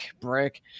brick